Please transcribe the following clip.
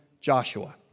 Joshua